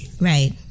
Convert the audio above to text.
Right